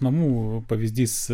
namų pavyzdys